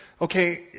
okay